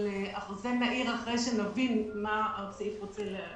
אבל נעיר אחרי שנבין מה אומר הסעיף.